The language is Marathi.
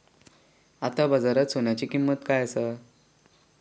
आता बाजारात सोन्याची किंमत काय असा?